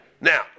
Now